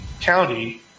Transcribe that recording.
county